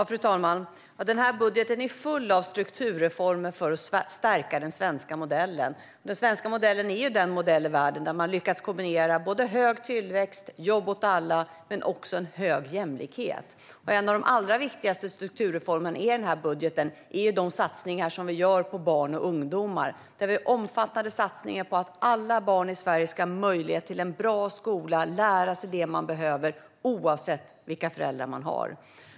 Fru talman! Budgeten är full av strukturreformer för att stärka den svenska modellen. Den svenska modellen är den modell i världen där man har lyckats kombinera såväl hög tillväxt och jobb åt alla som en hög jämlikhet. En av de allra viktigaste strukturreformerna i budgeten är de satsningar vi gör på barn och ungdomar. Vi gör omfattande satsningar på att alla barn i Sverige ska ha möjlighet till en bra skola där de lär sig det de behöver, oavsett vilka föräldrar de har.